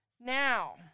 Now